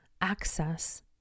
access